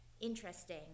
interesting